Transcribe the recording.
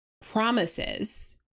promises